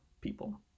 people